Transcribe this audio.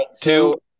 two